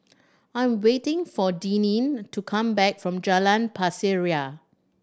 I'm waiting for Deneen to come back from Jalan Pasir Ria